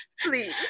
please